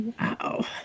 Wow